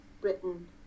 Britain